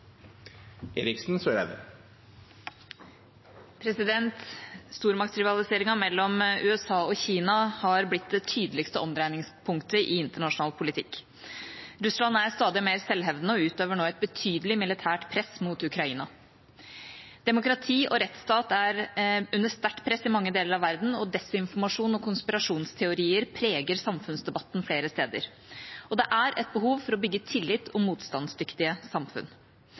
stadig mer selvhevdende og utøver nå et betydelig militært press mot Ukraina. Demokrati og rettsstat er under sterkt press i mange deler av verden, og desinformasjon og konspirasjonsteorier preger samfunnsdebatten flere steder. Det er et behov for å bygge tillit og motstandsdyktige samfunn.